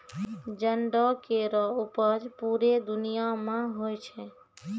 जंडो केरो उपज पूरे दुनिया म होय छै